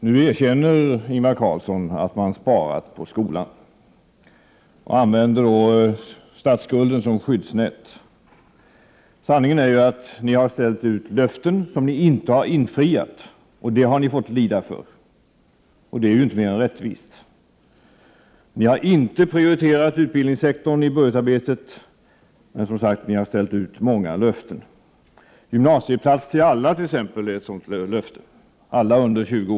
Herr talman! Nu erkänner Ingvar Carlsson att man sparat på skolan och använder statsskulden som skyddsnät. Sanningen är att ni har ställt ut löften som ni inte har infriat. Det har ni fått lida för, och det är ju inte mer än rättvist. Ni har inte prioriterat utbildningssektorn i budgetarbetet, men ni har, som sagt, ställt ut många löften. Gymnasieplats till alla under 20 år är t.ex. ett sådant löfte.